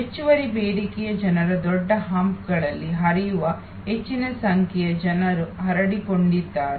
ಹೆಚ್ಚುವರಿ ಬೇಡಿಕೆಯ ಜನರ ದೊಡ್ಡ ಹಂಪ್ನಲ್ಲಿ ಹರಿಯುವ ಹೆಚ್ಚಿನ ಸಂಖ್ಯೆಯ ಜನರುಹರಡಿಕೊಂಡಿದ್ದಾರೆ